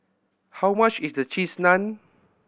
how much is Cheese Naan